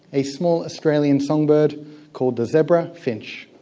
a small australian songbird called the zebra finch.